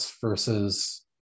versus